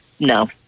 No